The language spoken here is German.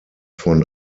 von